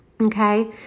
okay